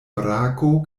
brako